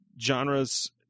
genres